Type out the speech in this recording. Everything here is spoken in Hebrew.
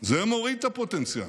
זה מוריד את הפוטנציאל.